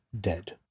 dead